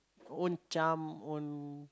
own charm own